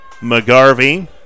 McGarvey